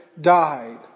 died